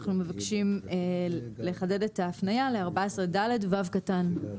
אנחנו מבקשים לחדד את ההפניה ל-14ד(ו) לחוק.